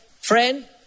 friend